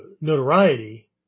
notoriety